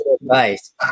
advice